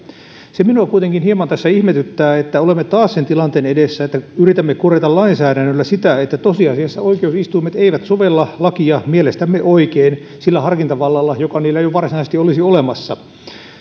se minua kuitenkin hieman tässä ihmetyttää että olemme taas sen tilanteen edessä että yritämme korjata lainsäädännöllä sitä että tosiasiassa oikeusistuimet eivät sovella lakia mielestämme oikein sillä harkintavallalla joka niillä jo varsinaisesti olisi olemassa